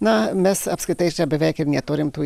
na mes apskritai čia beveik ir neturim tų